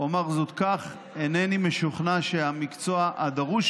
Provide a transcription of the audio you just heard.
אומר זאת כך: אינני משוכנע שהמקצוע הדרוש